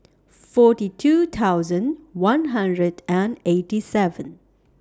forty two thousand one hundred and eighty seven